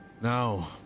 Now